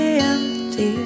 empty